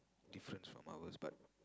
difference from ours but